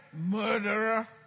murderer